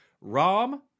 ROM